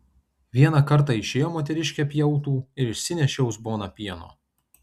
vieną kartą išėjo moteriškė pjautų ir išsinešė uzboną pieno